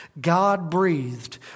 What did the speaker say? God-breathed